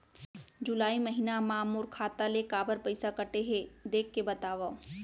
जुलाई महीना मा मोर खाता ले काबर पइसा कटे हे, देख के बतावव?